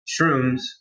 shrooms